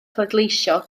pleidleisio